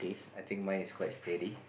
I think mine is quite steady